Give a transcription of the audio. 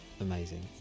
Amazing